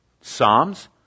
Psalms